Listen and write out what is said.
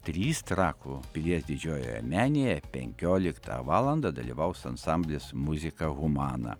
trys trakų pilies didžiojoje menėje penkioliktą valandą dalyvaus ansamblis muzika humana